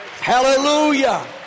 Hallelujah